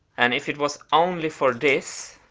and if it was only for this,